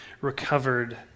recovered